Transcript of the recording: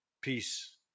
Peace